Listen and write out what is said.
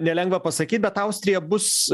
nelengva pasakyt bet austrija bus